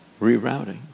rerouting